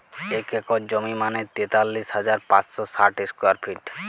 এক একর জমি মানে তেতাল্লিশ হাজার পাঁচশ ষাট স্কোয়ার ফিট